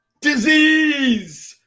disease